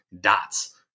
dots